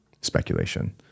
speculation